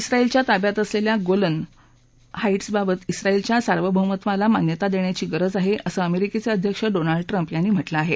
क्त्रायलच्या ताब्यात असलेल्या गोलन हाईट्सबाबत उत्रायलच्या सार्वभौमात्वाला मान्यता देण्याची गरज आहे असं अमेरिकेचे अध्यक्ष डोनाल्ड ट्रंप यांनी म्हटलं आहे